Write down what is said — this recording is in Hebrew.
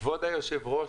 כבוד היושב-ראש,